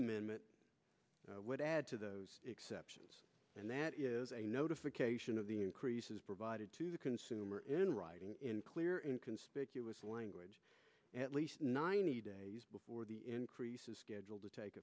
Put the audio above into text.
amendment would add to those exceptions and that is a notification of the increases provided to the consumer in writing in clear in conspicuous language at least ninety days before the increase is scheduled to take